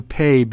pay